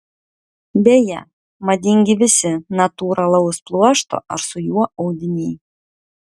beje madingi visi natūralaus pluošto ar su juo audiniai